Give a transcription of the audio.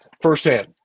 firsthand